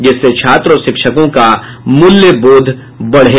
जिससे छात्र और शिक्षकों का मूल्य बोध बढ़े